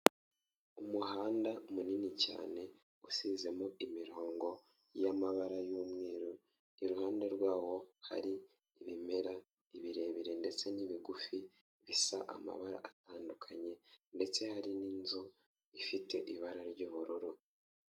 Umuhanda munini cyane, usizemo imirongo y'amabara y'umweru, iruhande rwawo hari ibimera, ibirebire ndetse n'ibigufi, bisa amabara atandukanye ndetse hari n'inzu ifite ibara ry'ubururu.